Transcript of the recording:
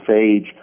age